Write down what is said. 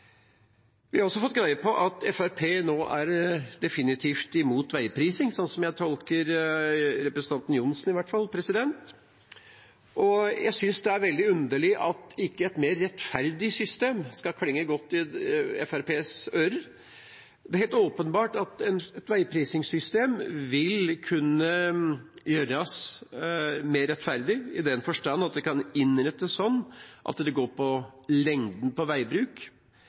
Vi har også fått greie på at Fremskrittspartiet nå er definitivt imot veiprising, sånn som jeg tolker representanten Johnsen i hvert fall. Jeg synes det er veldig underlig at ikke et mer rettferdig system skal klinge godt i Fremskrittspartiets ører. Det er helt åpenbart at et veiprisingssystem vil kunne gjøre det mer rettferdig i den forstand at det kan innrettes sånn at det går på lengden på veibruk,